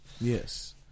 yes